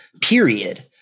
period